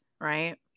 right